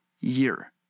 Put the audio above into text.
year